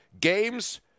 games